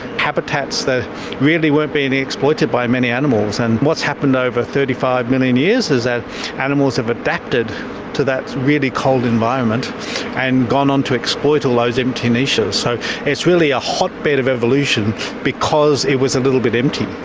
habitats that really weren't being exploited by many animals. and what's happened over thirty five million years is that animals have adapted to that really cold environment and gone on to exploit all those empty niches. so it's really a hotbed of evolution because it was a little bit empty.